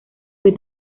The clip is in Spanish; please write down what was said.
fue